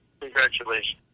Congratulations